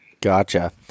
Gotcha